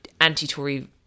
anti-Tory